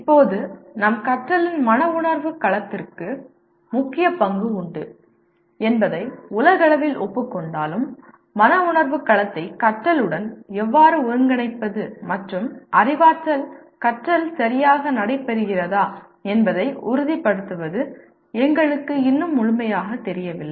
இப்போது நம் கற்றலில் மன உணர்வு களத்திற்கு முக்கிய பங்கு உண்டு என்பதை உலகளவில் ஒப்புக் கொண்டாலும் மன உணர்வு களத்தை கற்றலுடன் எவ்வாறு ஒருங்கிணைப்பது மற்றும் அறிவாற்றல் கற்றல் சரியாக நடைபெறுகிறதா என்பதை உறுதிப்படுத்துவது எங்களுக்கு இன்னும் முழுமையாகத் தெரியவில்லை